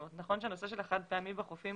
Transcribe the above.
נכון שהנושא של החד פעמי בחופים